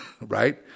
right